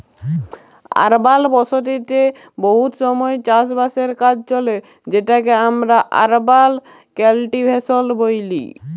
আরবাল বসতিতে বহুত সময় চাষ বাসের কাজ চলে যেটকে আমরা আরবাল কাল্টিভেশল ব্যলি